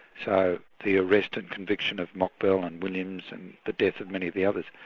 so the arrest and conviction of mokbel and williams and the death of many of the others,